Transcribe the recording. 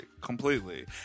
Completely